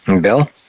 Bill